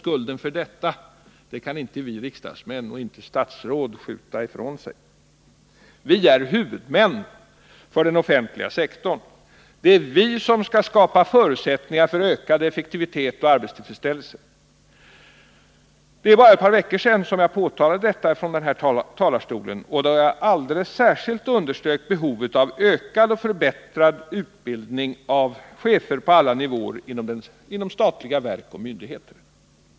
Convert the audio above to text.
Skulden för detta kan vi riksdagsmän och statsrådet inte skjuta ifrån oss. Vi är huvudmän för den offentliga sektorn. Det är vi som skall skapa förutsättningar för ökad effektivitet och arbetstillfredsställelse. Det är bara ett par veckor sedan jag påpekade detta från den här talarstolen. Jag underströk då alldeles särskilt behovet av ökad och förbättrad utbildning av chefer på alla nivåer inom statliga verk och myndigheter.